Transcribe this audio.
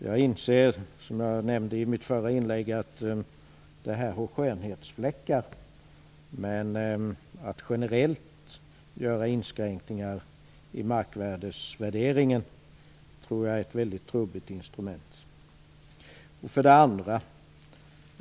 Jag inser, som jag nämnde i mitt förra inlägg, att detta har skönhetsfläckar, men jag tror att det är ett mycket trubbigt instrument att generellt göra inskränkningar i markvärderingen. För det andra.